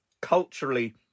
culturally